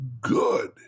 good